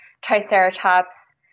Triceratops